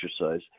exercise